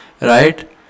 right